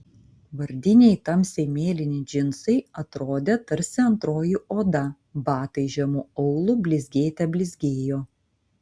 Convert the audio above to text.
vardiniai tamsiai mėlyni džinsai atrodė tarsi antroji oda batai žemu aulu blizgėte blizgėjo